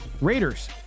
Raiders